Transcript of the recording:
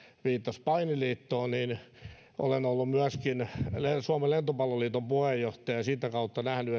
viittasi painiliiton kohdalla olen ollut myöskin suomen lentopalloliiton puheenjohtaja ja sitä kautta nähnyt